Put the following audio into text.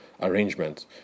arrangement